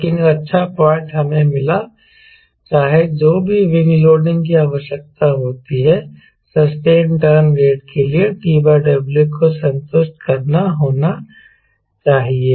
लेकिन एक अच्छा पॉइंट हमें मिला चाहे जो भी विंग लोडिंग की आवश्यकता होती है ससटेनड टर्न रेट के लिए TW को संतुष्ट करना होना चाहिए